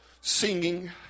singing